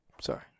Sorry